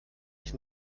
ich